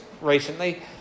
recently